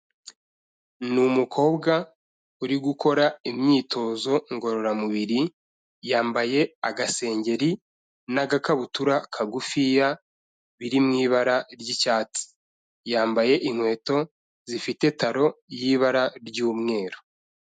Ni umukobwa uri gukora imyitozo ngororamubiri, yambaye agasengeri n'agakabutura kagufiya biri mu ibara ry'icyatsi, yambaye inkweto zifite taro y'ibara ry'umweru.